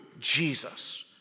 Jesus